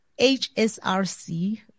HSRC